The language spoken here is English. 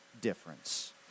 difference